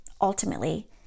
ultimately